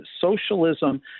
Socialism